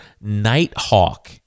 Nighthawk